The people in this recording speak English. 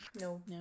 No